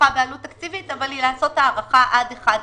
בעלות תקציבית אבל היא לעשות הארכה עד 1 ביולי,